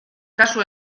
kasu